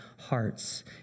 hearts